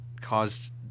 caused